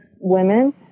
women